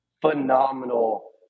phenomenal